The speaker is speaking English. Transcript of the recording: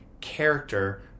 character